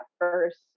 first